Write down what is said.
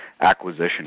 acquisition